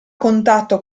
contatto